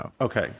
okay